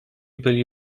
byli